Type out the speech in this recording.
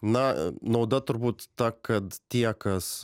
na nauda turbūt ta kad tie kas